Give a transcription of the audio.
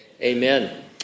Amen